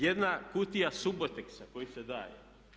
Jedna kutija suboteksa koji se daje.